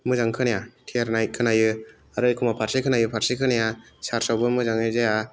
मोजां खोनाया थेरनाय खोनायो आरो एखमब्ला फारसे खोनायो फारसे खोनाया सार्चआवबो मोजाङै जाया